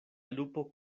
lupo